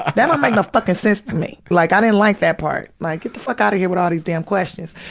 ah that don't make no fuckin' sense to me. like, i didn't like that part. like, get the fuck outta here with all these damn questions.